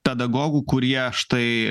pedagogų kurie štai